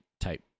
type